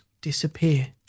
disappear